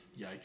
yikes